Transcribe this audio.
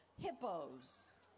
hippos